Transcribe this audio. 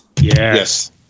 Yes